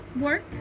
work